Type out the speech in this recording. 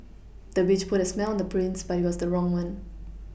the witch put a spell on the prince but it was the wrong one